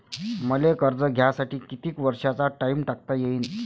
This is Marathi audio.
मले कर्ज घ्यासाठी कितीक वर्षाचा टाइम टाकता येईन?